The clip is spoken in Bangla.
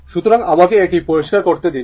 সুতরাং আমাকে এটি পরিষ্কার করতে দিন